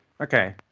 Okay